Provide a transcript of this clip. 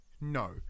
No